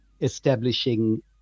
establishing